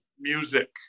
music